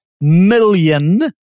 million